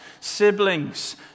siblings